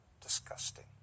Disgusting